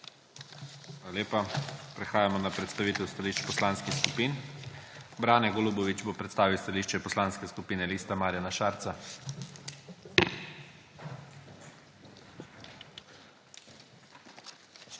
lepa. Prehajamo na predstavitev stališč poslanskih skupin. Brane Golubović bo predstavil stališče Poslanske skupine Lista Marjana Šarca.